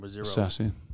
assassin